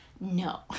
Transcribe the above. No